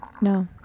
no